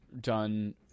done